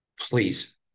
Please